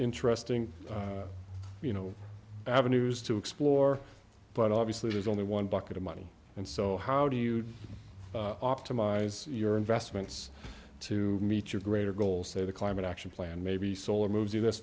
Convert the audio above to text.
interesting you know avenues to explore but obviously there's only one bucket of money and so how do you opt to my eyes your investments to meet your greater goal say the climate action plan maybe solar moves you this